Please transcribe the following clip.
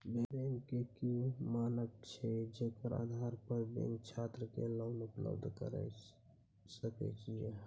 Bank के की मानक छै जेकर आधार पर बैंक छात्र के लोन उपलब्ध करय सके ये?